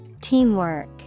Teamwork